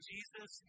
Jesus